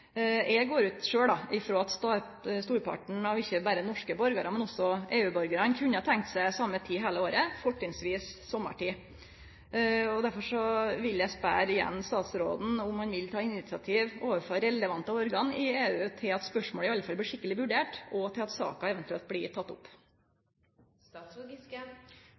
Eg går ut frå at storparten av – ikkje berre norske borgarar, men også EU-borgarar – kunne tenkt seg same tida heile året, fortrinnsvis sommartid. Derfor vil eg igjen spørje statsråden om han vil ta initiativ overfor relevante organ i EU til at spørsmålet i alle fall blir skikkeleg vurdert, og til at saka eventuelt blir